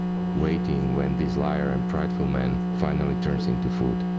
waiting, when this liar and prideful man finally turns into food,